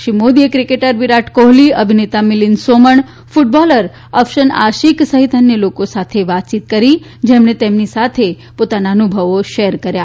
શ્રી મોદીએ ક્રિકેટર વિરાટ કોહલી અભિનેતા મિલિંદ સોમણ ક્ટબોલર અફશન આશીક સહિત અન્ય લોકોની સાથે વાતચીત કરી જેમણે તેમની સાથે તેમના અનુભવો શેર કર્યા